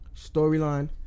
Storyline